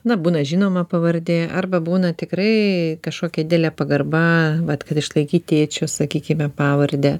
na būna žinoma pavardė arba būna tikrai kažkokia didelė pagarba vat kad išlaikyt tėčio sakykime pavardę